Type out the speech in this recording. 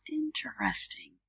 interesting